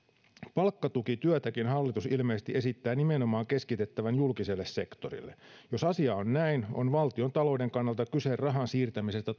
palkkatukityötäkin hallitus ilmeisesti esittää nimenomaan keskitettävän julkiselle sektorille jos asia on näin on valtiontalouden kannalta kyse rahan siirtämisestä